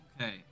Okay